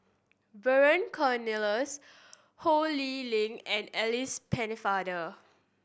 Vernon Cornelius Ho Lee Ling and Alice Pennefather